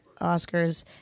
Oscars